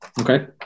Okay